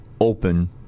open